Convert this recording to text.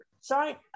Sorry